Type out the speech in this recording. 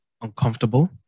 uncomfortable